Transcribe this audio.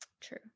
True